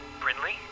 Brindley